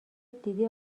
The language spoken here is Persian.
دیدی